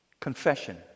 Confession